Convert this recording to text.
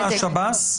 הוא מקבל את זה משב"ס?